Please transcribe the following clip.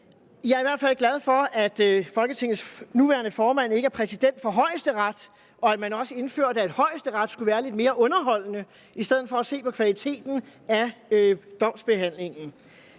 Jeg er i hvert fald glad for, at Folketingets nuværende formand ikke er præsident for Højesteret, og at man også indførte, at Højesteret skulle være lidt mere underholdende i stedet for at se på kvaliteten af domsbehandlingen.